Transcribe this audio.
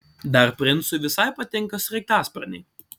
dar princui visai patinka sraigtasparniai